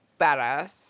badass